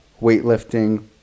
weightlifting